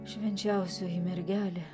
švenčiausioji mergelė